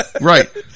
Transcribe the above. Right